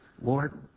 Lord